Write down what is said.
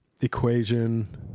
equation